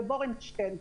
בורנשטיין.